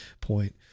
point